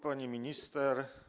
Pani Minister!